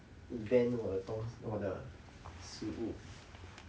invent 我的东西我的食物